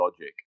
logic